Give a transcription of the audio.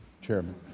Chairman